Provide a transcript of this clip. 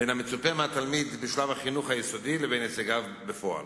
בין המצופה מהתלמיד בשלב החינוך היסודי לבין הישגיו בפועל.